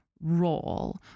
role